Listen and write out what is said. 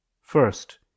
First